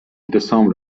دسامبر